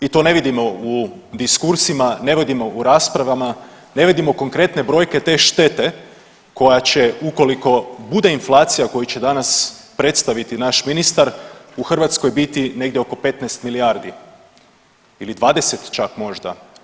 I to ne vidimo u diskursima, ne vidimo u raspravama, ne vidimo konkretne brojke te štete koja će ukoliko bude inflaciju koji će danas predstaviti naš ministar, u Hrvatskoj bili negdje oko 15 milijardi ili 20 čak možda.